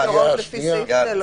בבקשה.